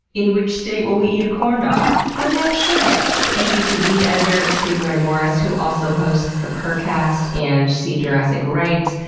in which state will we eat a corn dog? i'm not sure yet. thank you to lead editor steven ray morris who also hosts the purrrcast and see jurassic right.